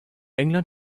england